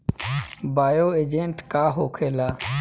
Bio agent का होखेला?